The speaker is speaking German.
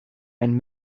einen